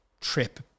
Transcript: trip